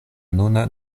nuna